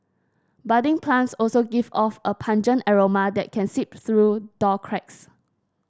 budding plants also give off a pungent aroma that can seep through door cracks